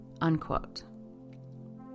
unquote